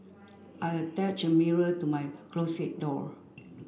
I attached a mirror to my closet door